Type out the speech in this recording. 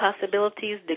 possibilities